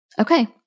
Okay